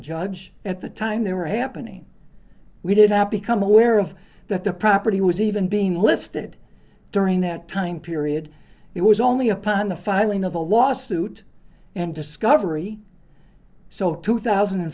judge at the time there were happening we did have become aware of that the property was even being listed during that time period it was only upon the filing of a lawsuit and discovery so two thousand and